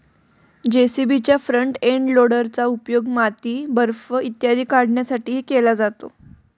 जे.सी.बीच्या front end लोडरचा उपयोग माती, बर्फ इत्यादी काढण्यासाठीही केला जातो